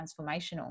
transformational